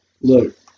Look